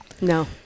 No